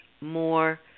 more